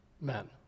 men